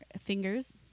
fingers